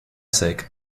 sake